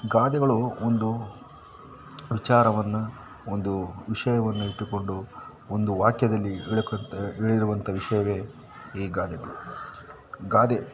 ಗಾದೆಗಳು ಒಂದು ವಿಚಾರವನ್ನು ಒಂದು ವಿಷಯವನ್ನು ಇಟ್ಟುಕೊಂಡು ಒಂದು ವಾಕ್ಯದಲ್ಲಿ ಹೇಳೋಕಂತ ಹೇಳಿರುವಂಥ ವಿಷಯವೇ ಈ ಗಾದೆಗಳು ಗಾದೆ